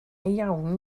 iawn